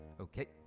Okay